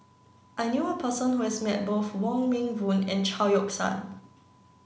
I knew a person who has met both Wong Meng Voon and Chao Yoke San